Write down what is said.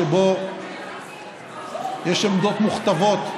שבו יש עמדות מוכתבות,